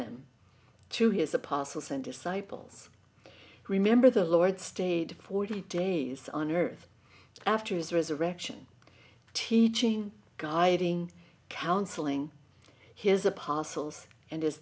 them to his apostles and disciples remember the lord stayed forty days on earth after his resurrection teaching guiding counseling his apostles and his